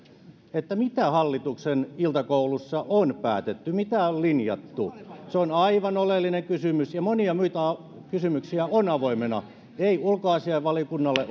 mitä hallituksen iltakoulussa on päätetty mitä on linjattu se on aivan oleellinen kysymys ja monia muita kysymyksiä on avoimena ei ulkoasiainvaliokunnalle